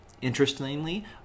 interestingly